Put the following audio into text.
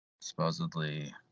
supposedly